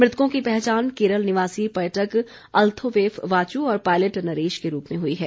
मृतकों की पहचान केरल निवासी पर्यटक अल्थोवेफ वाचु और पायलट नरेश के रूप में हुई है